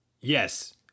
Yes